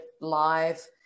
live